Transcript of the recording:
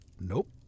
Nope